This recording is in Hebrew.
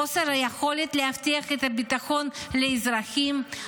חוסר היכולת להבטיח את הביטחון לאזרחים,